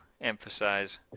emphasize